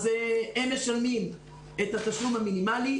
הם משלמים את התשלום המינימאלי.